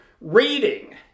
reading